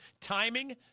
timing